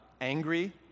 angry